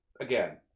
again